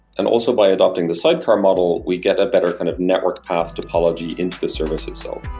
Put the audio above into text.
and also by adopting the sidecar model, we get a better kind of network path topology into the service itself